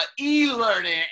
e-learning